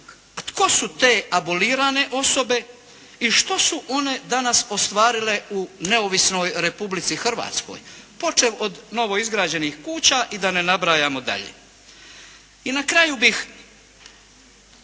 tko su te abolirane osobe i što su one danas ostvarile u neovisnoj Republici Hrvatskoj počev od novoizgrađenih kuća i da ne nabrajamo dalje. I na kraju bih